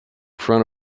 front